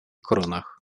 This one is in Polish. koronach